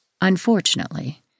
Unfortunately